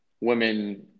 women